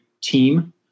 team